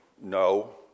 no